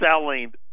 selling